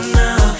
now